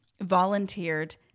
volunteered